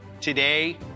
Today